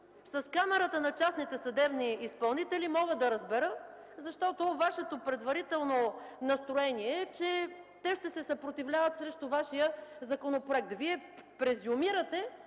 за Камарата на частните съдебни изпълнители, защото Вашето предварително настроение е, че те ще се съпротивляват срещу Вашия законопроект. Вие презумирате,